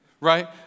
Right